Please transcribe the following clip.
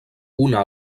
una